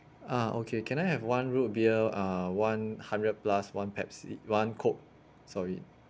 ah okay can I have one root beer uh one hundred plus one Pepsi one coke sorry